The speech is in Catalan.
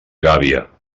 gàbia